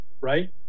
right